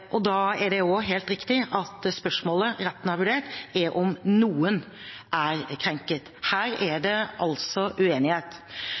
Da er det også helt riktig at spørsmålet retten har vurdert, er om noen er krenket. Her er det altså uenighet.